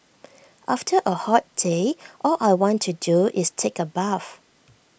after A hot day all I want to do is take A bath